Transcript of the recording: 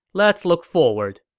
let's look forward.